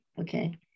okay